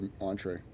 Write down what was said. entree